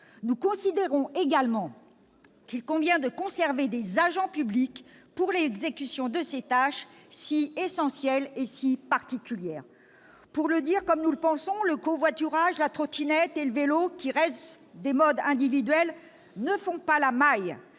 Nous considérons également qu'il convient de conserver des agents publics pour l'exécution de ces tâches si essentielles et si particulières. Pour le dire comme nous le pensons, le covoiturage, la trottinette et le vélo, qui restent des modes de transport individuels, ne font pas la maille